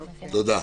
בסדר, תודה.